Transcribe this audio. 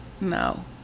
No